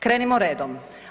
Krenimo redom.